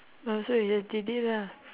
no so you just did it lah